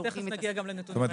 תיכף נגיע גם לנתונים האלה.